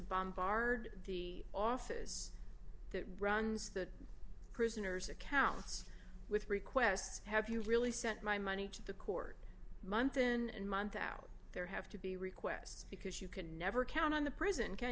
bombard the office that runs the prisoner's accounts with requests have you really sent my money to the court month in and month out there have to be requests because you can never count on the prison can